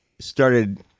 started